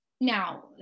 now